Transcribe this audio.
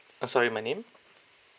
orh sorry my name